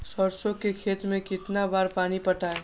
सरसों के खेत मे कितना बार पानी पटाये?